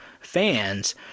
fans